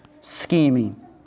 scheming